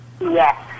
Yes